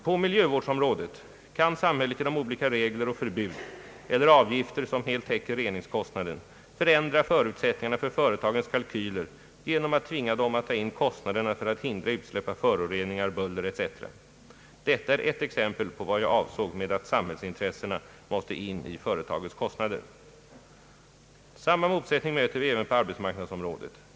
På miljövårdsområdet kan samhället genom olika regler och förbud eller avgifter som helt täcker reningskostnaden förändra förutsättningarna för företagens kalkyler genom att tvinga dem att ta in kostnaderna för att hindra utsläpp av föroreningar, buller etc. Detta är ett exempel på vad jag avsåg med att samhällsintressena måste in i företagets kostnader. Samma motsättning möter vi även på arbetsmarknadsområdet.